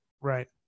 right